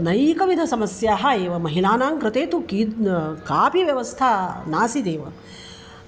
नैकविधसमस्याः एव महिलानां कृते तु की कापि व्यवस्था नासीदेव